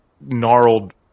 gnarled